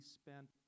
spent